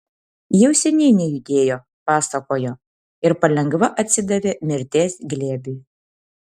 jau seniai nejudėjo pasakojo ir palengva atsidavė mirties glėbiui